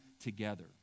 together